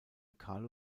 carlo